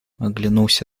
оглянулся